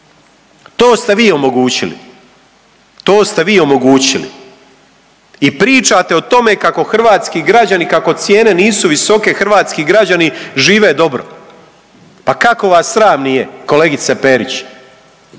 to ste vi omogućili. I pričate o tome kako hrvatski građani kako cijene nisu visoke, hrvatski građani žive dobro. Pa kako vas sram nije kolegice Perić,